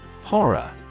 Horror